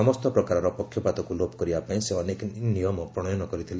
ସମସ୍ତ ପ୍ରକାରର ପକ୍ଷପାତକୁ ଲୋପ କରିବା ପାଇଁ ସେ ଅନେକ ନିୟମ ପ୍ରଣୟନ କରିଥିଲେ